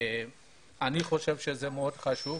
אני חושב שזה מאוד חשוב.